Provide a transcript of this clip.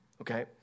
okay